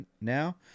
now